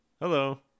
Hello